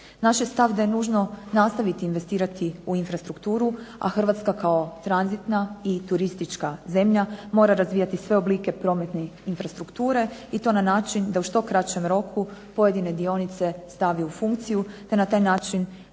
Naš je stav da je nužno nastaviti investirati u infrastrukturu, a Hrvatska kao tranzitna i turistička zemlja mora razvijati sve oblike prometne infrastrukture i to na način da u što kraćem roku pojedine dionice stavi u funkciju te na taj način